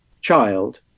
child